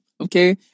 Okay